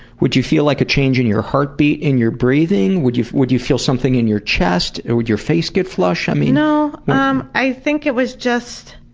would you feel like a change in your heartbeat, in your breathing? would you would you feel something in your chest? would your face get flushed? you know um i think it was just